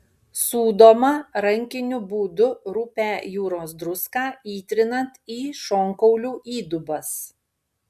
sūdoma rankiniu būdu rupią jūros druską įtrinant į šonkaulių įdubas